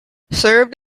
served